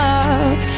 up